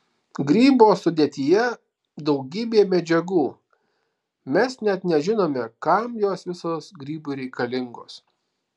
grybo sudėtyje daugybė medžiagų mes net nežinome kam jos visos grybui reikalingos